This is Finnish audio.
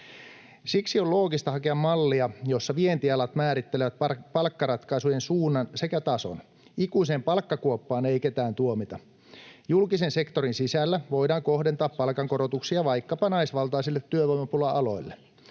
Siksi on loogista hakea mallia, jossa vientialat määrittelevät palkkaratkaisujen suunnan sekä tason. Ikuiseen palkkakuoppaan ei ketään tuomita. Julkisen sektorin sisällä voidaan kohdentaa palkankorotuksia vaikkapa naisvaltaisille työvoimapula-aloille.